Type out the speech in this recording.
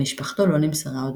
למשפחתו לא נמסרה הודעה.